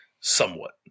somewhat